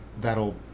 that'll